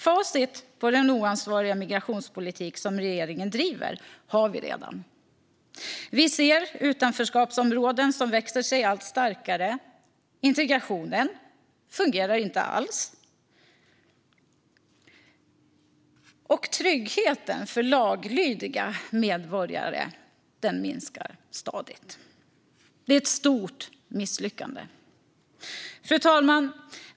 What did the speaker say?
Facit för den oansvariga migrationspolitik som regeringen driver har vi redan. Vi ser utanförskapsområden som växer sig allt starkare. Integrationen fungerar inte alls, och tryggheten för laglydiga medborgare minskar stadigt. Det är ett stort misslyckande. Fru talman!